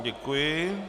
Děkuji.